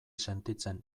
sentitzen